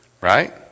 Right